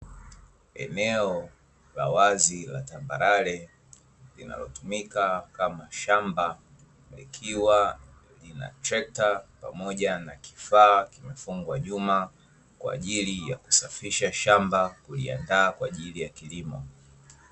Eneo la wazi la tambarare linalotumika kama shamba, likiwa lina trekta pamoja na kifaaa kimefungwa nyuma kwaajili ya kusafisha shamba kuliandaa kwaajili ya kilimo.